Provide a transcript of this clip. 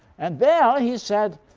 and well, he said,